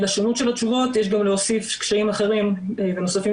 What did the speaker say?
לשונות של התשובות יש גם להוסיף קשיים אחרים ונוספים